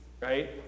right